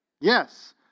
Yes